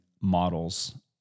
models